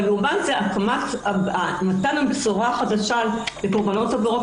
במובן זה מתן הבשורה החדשה לקורבנות עבירות